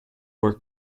were